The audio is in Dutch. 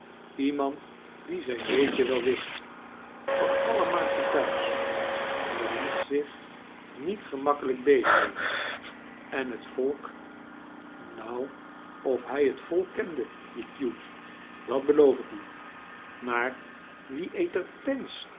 iemand die zijn weetje wel wist van alle markten thuis hij liet zich niet gemakkelijk beetnemen en het volk nou of hij het volk kende die cute dat beloof ik u maar wie eet er pens